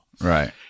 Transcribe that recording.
Right